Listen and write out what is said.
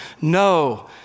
No